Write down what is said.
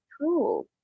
Cool